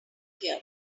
here